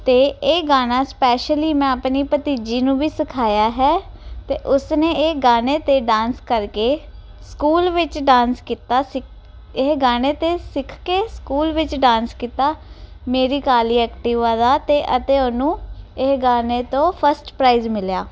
ਅਤੇ ਇਹ ਗਾਣਾ ਸਪੈਸ਼ਲੀ ਮੈਂ ਆਪਣੀ ਭਤੀਜੀ ਨੂੰ ਵੀ ਸਿਖਾਇਆ ਹੈ ਅਤੇ ਉਸਨੇ ਇਹ ਗਾਣੇ 'ਤੇ ਡਾਂਸ ਕਰਕੇ ਸਕੂਲ ਵਿੱਚ ਡਾਂਸ ਕੀਤਾ ਸਿੱ ਇਹ ਗਾਣੇ 'ਤੇ ਸਿੱਖ ਕੇ ਸਕੂਲ ਵਿੱਚ ਡਾਂਸ ਕੀਤਾ ਮੇਰੀ ਕਾਲੀ ਐਕਟੀਵਾ ਦਾ ਤੇ ਅਤੇ ਉਹਨੂੰ ਇਹ ਗਾਣੇ ਤੋਂ ਫਸਟ ਪ੍ਰਾਈਜ਼ ਮਿਲਿਆ